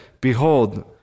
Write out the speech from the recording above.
Behold